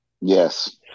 Yes